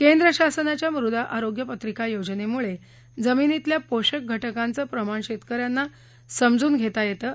केंद्रशासनाच्या मृदा आरोग्य पत्रिका योजनेमुळे जामिनीतल्या पोषक घटकांचं प्रमाण शेतकऱ्यांना समजून घेता येतं